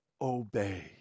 obey